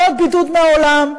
ועוד בידוד מהעולם,